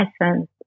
essence